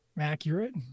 Accurate